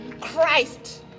christ